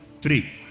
three